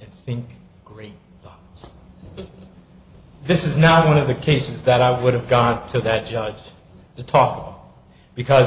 and think great but this is not one of the cases that i would have gone to that judge the talk because